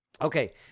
Okay